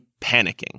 panicking